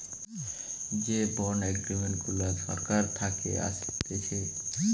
যে bond agreement গুলা সরকার থাকে আসতেছে